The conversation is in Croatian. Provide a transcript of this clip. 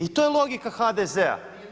I to je logika HDZ-a.